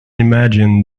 imagine